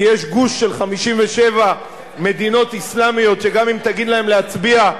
כי יש גוש של 57 מדינות אסלאמיות שגם אם תגיד להם להצביע,